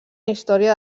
història